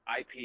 IP